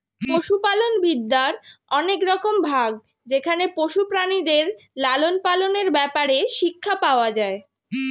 পশুপালন বিদ্যার অনেক রকম ভাগ যেখানে পশু প্রাণীদের লালন পালনের ব্যাপারে শিক্ষা পাওয়া যায়